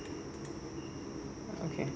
okay